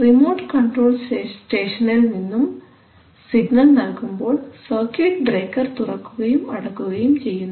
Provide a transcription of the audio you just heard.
remote control സ്റ്റേഷനിൽ നിന്നും signal നൽകുമ്പോൾ സർക്യൂട്ട് ബ്രേക്കർ തുറക്കുകയും അടയ്ക്കുകയും ചെയ്യുന്നു